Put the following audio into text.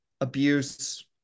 abuse